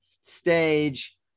stage